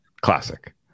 classic